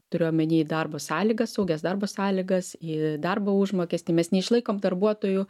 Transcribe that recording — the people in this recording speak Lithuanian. turiu omeny į darbo sąlygas saugias darbo sąlygas į darbo užmokestį mes neišlaikom darbuotojų